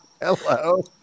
Hello